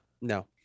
No